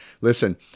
Listen